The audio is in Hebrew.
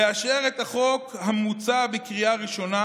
לאשר את החוק המוצע בקריאה ראשונה